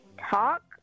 talk